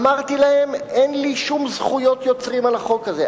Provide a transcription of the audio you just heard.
אמרתי להם: אין לי שום זכויות יוצרים על החוק הזה,